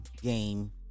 game